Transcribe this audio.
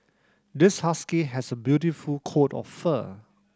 this husky has a beautiful coat of fur